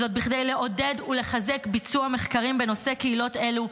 וזאת כדי לעודד ולחזק ביצוע מחקרים בנושא קהילות אלו,